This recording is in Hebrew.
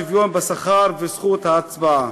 שוויון בשכר וזכות הצבעה.